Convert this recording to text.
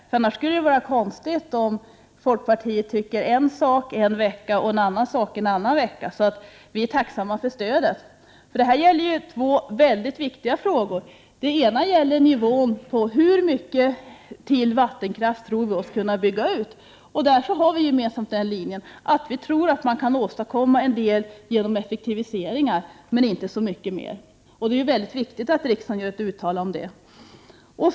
Det skulle också vara konstigt om folkpartiet tycker en sak en vecka och en annan sak en annan vecka. Vi i miljöpartiet är tacksamma för stödet, eftersom det här gäller två mycket viktiga frågor. Den ena frågan gäller hur mycket ytterligare vattenkraft vi tror oss kunna bygga ut. Vi reservanter står gemensamt för den linjen att man kan åstadkomma en del genom effektiviseringar, men inte så mycket mer. Det är mycket viktigt att riksdagen gör ett uttalande om detta.